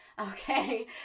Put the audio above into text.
okay